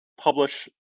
publish